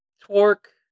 Torque